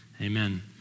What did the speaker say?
amen